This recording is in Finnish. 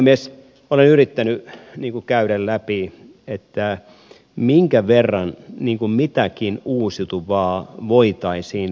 minä olen yrittänyt käydä läpi minkä verran mitäkin uusiutuvaa voitaisiin lisätä